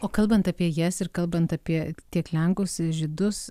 o kalbant apie jas ir kalbant apie tiek lenkus žydus